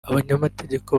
abanyamategeko